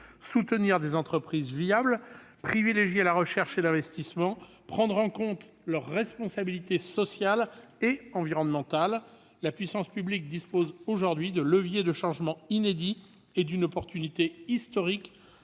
soutenir des entreprises viables, privilégier la recherche et l'investissement, prendre en compte la responsabilité sociale et environnementale. La puissance publique dispose aujourd'hui de leviers de changement inédits et d'une opportunité historique